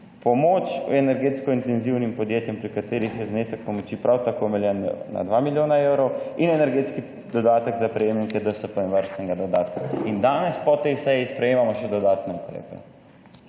pomoč v energetsko intenzivnim podjetjem, pri katerih je znesek pomoči prav tako /nerazumljivo/ na 2 milijona evrov in energetski dodatek za prejemnike DSP in varstvenega dodatka. In danes po tej seji sprejemamo še dodatne ukrepe